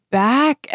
back